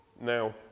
Now